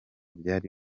byari